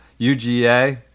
uga